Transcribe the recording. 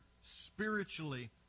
spiritually